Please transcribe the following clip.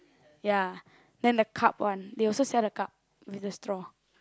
ya then the cup one they also sell the cup with the straw